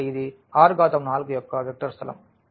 కాబట్టి ఇది R4 యొక్క వెక్టర్ స్థలం